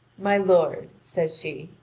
my lord, says she,